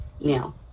now